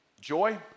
Joy